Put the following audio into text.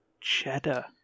Cheddar